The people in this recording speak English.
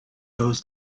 goes